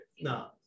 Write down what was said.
No